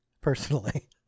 personally